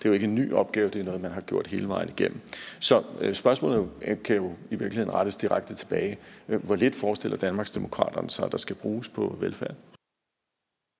Det er jo ikke en ny opgave. Det er noget, man har gjort hele vejen igennem. Så spørgsmålet kan jo i virkeligheden rettes direkte tilbage: Hvor lidt forestiller Danmarksdemokraterne sig at der skal bruges på velfærden?